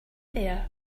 there